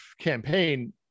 campaign